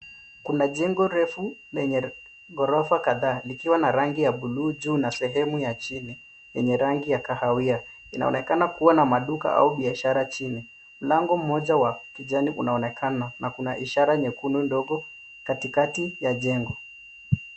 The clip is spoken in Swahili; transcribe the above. Kuna jengo refu, lenye ghorofa kadhaa, likiwa na rangi ya buluu juu na sehemu ya chini, yenye rangi ya kahawia. Inaonekana kuwa na maduka au biashara chini. Lango moja wa kijani unaonekana, na kuna ishara nyekundu ndogo katikati ya jengo.